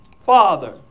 Father